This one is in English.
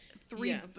three